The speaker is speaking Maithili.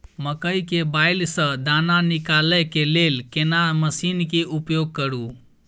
मकई के बाईल स दाना निकालय के लेल केना मसीन के उपयोग करू?